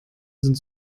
sind